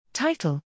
Title